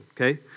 okay